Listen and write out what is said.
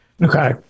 Okay